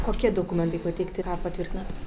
kokie dokumentai pateikti ką patvirtinat